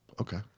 Okay